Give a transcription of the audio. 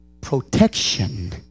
protection